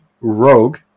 rogue